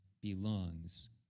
belongs